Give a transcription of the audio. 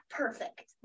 perfect